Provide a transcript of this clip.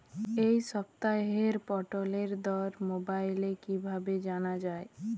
এই সপ্তাহের পটলের দর মোবাইলে কিভাবে জানা যায়?